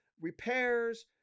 repairs